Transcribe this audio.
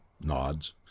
Nods